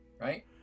right